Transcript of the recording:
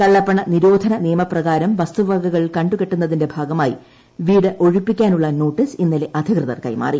കള്ളപ്പണ നിരോധന നിയമപ്രകാരം വസ്തുവകകൾ കണ്ട് കെട്ടുന്നതിന്റെ ഭാഗമായി വീട് ഒഴിപ്പിക്കാനുള്ള നോട്ടീസ് ഇന്നലെ അധികൃതർ കൈമാറി